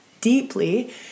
deeply